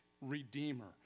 redeemer